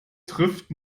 trifft